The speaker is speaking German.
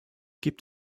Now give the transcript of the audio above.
gibt